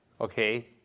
okay